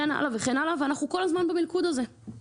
כל ימי החופש של חמותי הולכים על המילואים שאני עושה החודש,